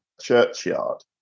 churchyard